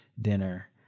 dinner